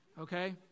okay